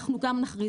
אנחנו גם נכריז.